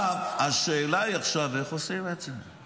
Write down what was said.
השאלה עכשיו, איך עושים את זה?